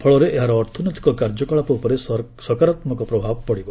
ଫଳରେ ଏହାର ଅର୍ଥନୈତିକ କାର୍ଯ୍ୟକଳାପ ଉପରେ ସକାରାତ୍ମକ ପ୍ରଭାବ ପଡ଼ିବ